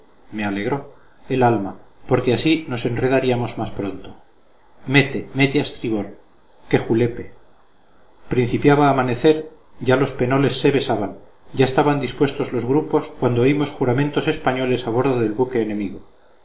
me encabrilló me alegró el alma porque así nos enredaríamos más pronto mete mete a estribor qué julepe principiaba a amanecer ya los penoles se besaban ya estaban dispuestos los grupos cuando oímos juramentos españoles a bordo del buque enemigo